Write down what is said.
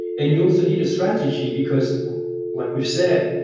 and you also need a strategy because like we've said,